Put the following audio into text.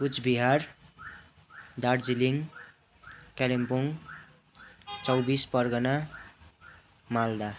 कुचबिहार दार्जिलिङ कालिम्पोङ चौबिस परगना मालदा